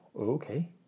okay